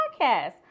podcast